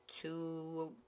two